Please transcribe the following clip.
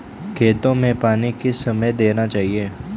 खेतों में पानी किस समय देना चाहिए?